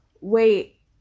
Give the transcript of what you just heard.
wait